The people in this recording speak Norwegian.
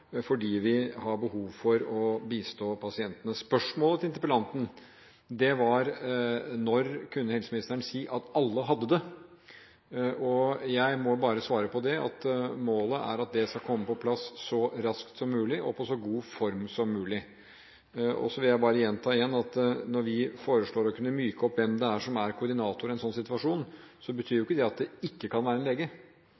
fordi vi har behov for å bistå pasientene. Spørsmålet fra interpellanten var: Når kan helseministeren si at alle har det? På det må jeg bare svare at målet er at det skal komme på plass så raskt som mulig, og i en så god form som mulig. Jeg vil bare gjenta at når vi foreslår å kunne myke opp hvem det er som er koordinator i en slik situasjon, betyr